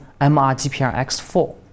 MRGPRX4